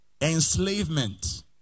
Enslavement